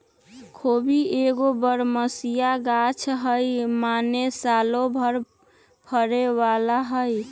खोबि एगो बरमसिया ग़ाछ हइ माने सालो भर फरे बला हइ